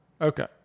okay